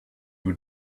who